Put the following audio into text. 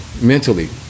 mentally